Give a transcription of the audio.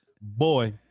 Boy